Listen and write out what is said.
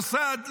מוסד,